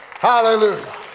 hallelujah